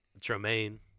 Tremaine